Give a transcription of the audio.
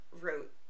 wrote